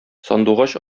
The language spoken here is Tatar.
сандугач